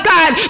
God